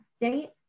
date